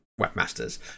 webmasters